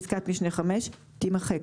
פסקת משנה (5) תימחק.